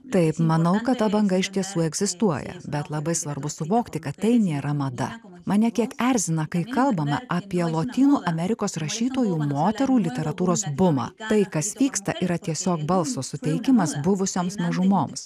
taip manau kad ta banga iš tiesų egzistuoja bet labai svarbu suvokti kad tai nėra mada mane kiek erzina kai kalbama apie lotynų amerikos rašytojų moterų literatūros bumą tai kas vyksta yra tiesiog balso suteikiamas buvusioms mažumoms